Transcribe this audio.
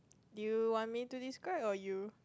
you want me to describe or you